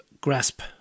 grasp